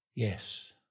Yes